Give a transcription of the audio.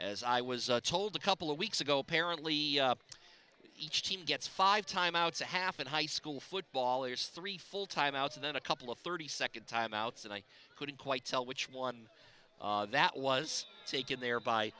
as i was told a couple of weeks ago apparently each team gets five timeouts a half in high school football players three full time outs and then a couple of thirty second time outs and i couldn't quite tell which one that was taken there by